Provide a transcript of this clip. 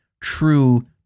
true